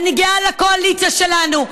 אני גאה על הקואליציה שלנו,